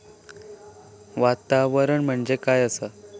वातावरण म्हणजे काय असा?